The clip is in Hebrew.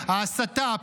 ההסתה,